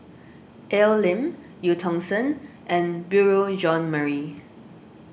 Al Lim Eu Tong Sen and Beurel Jean Marie